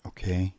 Okay